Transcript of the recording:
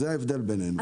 זה ההבדל בינינו.